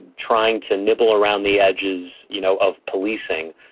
trying to nibble around the edges, you know, of policing,